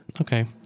Okay